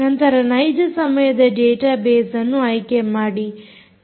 ನಂತರ ನೈಜ ಸಮಯದ ಡಾಟಾ ಬೇಸ್ಅನ್ನು ಆಯ್ಕೆ ಮಾಡಿ